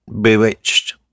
bewitched